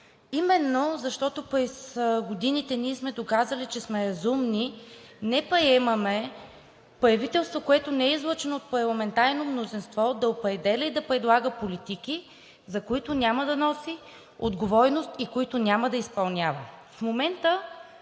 Именно защото през годините сме доказали, че сме разумни, не приемаме правителство, което не е излъчено от парламентарно мнозинство, да определя и да предлага политики, за които няма да носи отговорност и които няма да изпълнява.